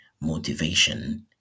motivation